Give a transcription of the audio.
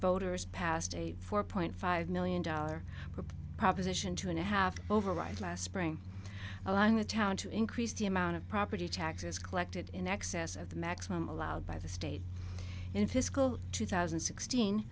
voters passed a four point five million dollar proposition two and a half override last spring allowing the town to increase the amount of property taxes collected in excess of the maximum allowed by the state in fiscal two thousand and sixteen